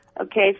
Okay